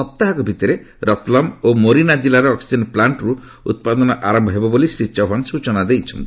ସପ୍ତାହକ ଭିତରେ ରତ୍ଲମ୍ ଓ ମୋରିନା ଜିଲ୍ଲାର ଅକ୍ୱିଜେନ୍ ପ୍ଲାଷ୍ଟ୍ରୁ ଉତ୍ପାଦନ ଆରମ୍ଭ ହେବ ବୋଲି ଶ୍ରୀ ଚୌହାନ ସ୍କଚନା ଦେଇଛନ୍ତି